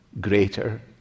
greater